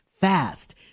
fast